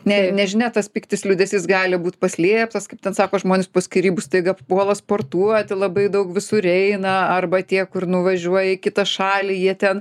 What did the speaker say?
ne nežinia tas pyktis liūdesys gali būt paslėptas kaip ten sako žmonės po skyrybų staiga puola sportuoti labai daug visur eina arba tie kur nuvažiuoja į kitą šalį jie ten